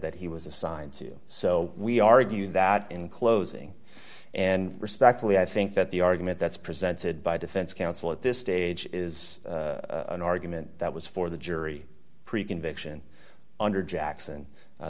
that he was assigned to so we argue that in closing and respectfully i think that the argument that's presented by defense counsel at this stage is an argument that was for the jury pre conviction under jackson